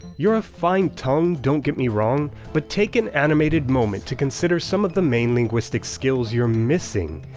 you're a fine tongue, don't get me wrong. but take an animated moment to consider some of the main linguistic skills you're missing,